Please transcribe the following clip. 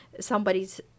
somebody's